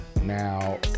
now